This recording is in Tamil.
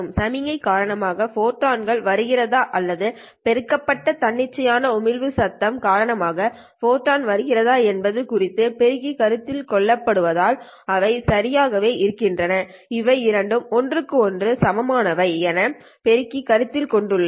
சமிக்ஞை காரணமாக ஃபோட்டான்கள் வருகிறதா அல்லது பெருக்கப்பட்ட தன்னிச்சையான உமிழ்வு சத்தம் காரணமாக ஃபோட்டான்கள் வருகிறதா என்பது குறித்து பெருக்கி கருத்தில் கொள்ளப்படுவதால் அவை சரியாகவே இருக்கின்றன அவை இரண்டும் ஒன்றுக்கு ஓன்று சமமானவை என பெருக்கி கருத்தில் கொண்டுள்ளது